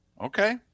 Okay